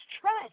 trust